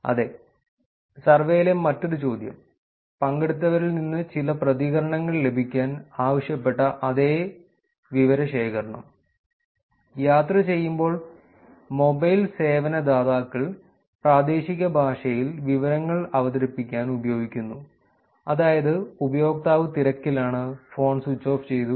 അതേ സർവേയിലെ മറ്റൊരു ചോദ്യം പങ്കെടുത്തവരിൽ നിന്ന് ചില പ്രതികരണങ്ങൾ ലഭിക്കാൻ ആവശ്യപ്പെട്ട അതേ വിവരശേഖരണം യാത്ര ചെയ്യുമ്പോൾ മൊബൈൽ സേവന ദാതാക്കൾ പ്രാദേശിക ഭാഷയിൽ വിവരങ്ങൾ അവതരിപ്പിക്കാൻ ഉപയോഗിക്കുന്നു അതായത് ഉപയോക്താവ് തിരക്കിലാണ് ഫോൺ സ്വിച്ച് ഓഫ് ചെയ്തു